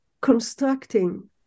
constructing